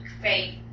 faith